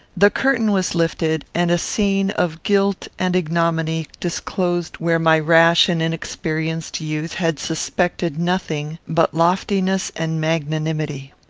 the curtain was lifted, and a scene of guilt and ignominy disclosed where my rash and inexperienced youth had suspected nothing but loftiness and magnanimity.